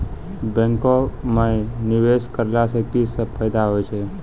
बैंको माई निवेश कराला से की सब फ़ायदा हो छै?